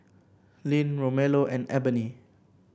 Lynn Romello and Eboni